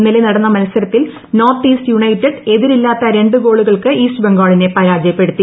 ഇന്നലെ നടന്ന മത്സരത്തിൽ നോർത്ത് ഈസ്റ്റ് യുണൈറ്റഡ് എതിരില്ലാത്ത രണ്ട് ഗോളുകൾക്ക് ഈസ്റ്റ് ബംഗാളിനെ പരാജയപ്പെടുത്തി